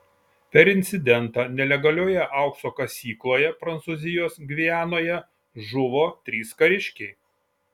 per incidentą nelegalioje aukso kasykloje prancūzijos gvianoje žuvo trys kariškiai